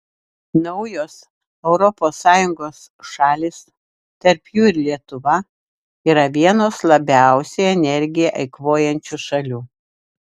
naujos europos sąjungos šalys tarp jų ir lietuva yra vienos labiausiai energiją eikvojančių šalių